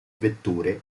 vetture